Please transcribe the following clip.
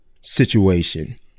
situation